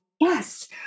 yes